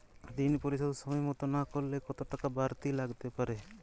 ঋন পরিশোধ সময় মতো না করলে কতো টাকা বারতি লাগতে পারে?